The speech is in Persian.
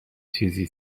چیزی